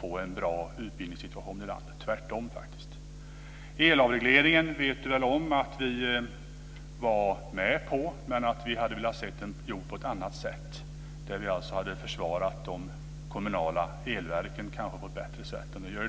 få en bra utbildningssituation i landet. Tvärtom. Vi var med på avregleringen av el, men vi hade velat göra på ett annat sätt. Vi hade velat försvara de kommunala elverken på ett bättre sätt.